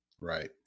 Right